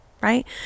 right